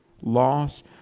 loss